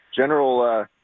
general